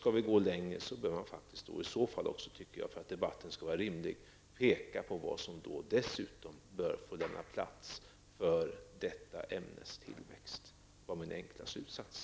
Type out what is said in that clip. Skall vi gå längre bör man faktiskt också, för att debatten skall vara rimlig, peka på vad som bör få lämna plats för det här ämnets tillväxt. Det var min enkla slutsats.